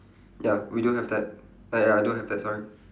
ya we don't have that uh I don't have that sorry